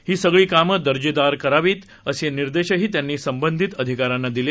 ही सगळी कामं दर्जेदार करावीत असे निर्देशही त्यांनी संबंधित अधिकाऱ्यांना दिले